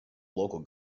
local